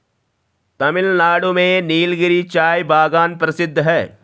तमिलनाडु में नीलगिरी चाय बागान प्रसिद्ध है